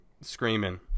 screaming